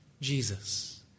Jesus